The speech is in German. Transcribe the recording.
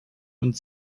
und